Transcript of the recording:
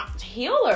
Healer